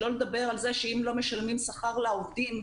שלא לדבר על זה שאם לא משלמים שכר לעובדים,